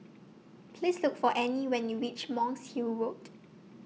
Please Look For Anie when YOU REACH Monk's Hill Road